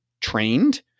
trained